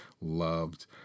loved